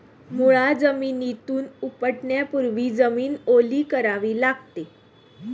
मुळा जमिनीतून उपटण्यापूर्वी जमीन ओली करावी लागते